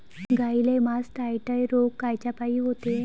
गाईले मासटायटय रोग कायच्यापाई होते?